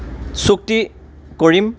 চুক্তি কৰিম